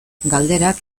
galderak